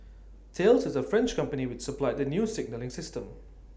Thales is the French company which supplied the new signalling system